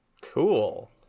cool